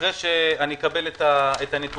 אחרי שאני אקבל את הנתונים,